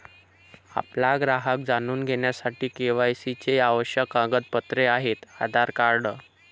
आपला ग्राहक जाणून घेण्यासाठी के.वाय.सी चे आवश्यक कागदपत्रे आहेत आधार कार्ड